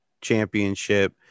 championship